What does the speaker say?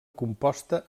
composta